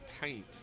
paint